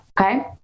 okay